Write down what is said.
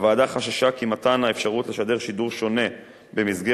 הוועדה חששה כי מתן האפשרות לשדר שידור שונה במסגרת